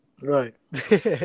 Right